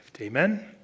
Amen